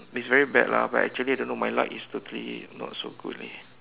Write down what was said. it's very bad lah but actually I don't know my luck is totally not so good leh